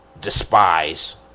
despise